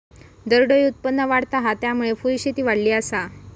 दरडोई उत्पन्न वाढता हा, त्यामुळे फुलशेती वाढली आसा